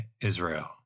Israel